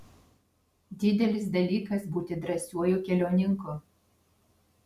didelis dalykas būti drąsiuoju keliauninku